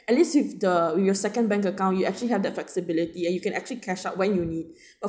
at least with the your second bank account you actually have the flexibility and you can actually cash out when you need